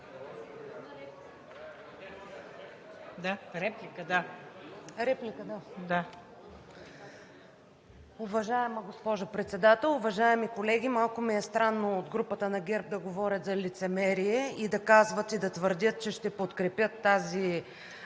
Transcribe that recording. НИКОЛОВА (ДБ): Реплика, да. Уважаема госпожо Председател, уважаеми колеги! Малко ми е странно от групата на ГЕРБ да говорят за лицемерие и да казват, и да твърдят, че ще подкрепят тази…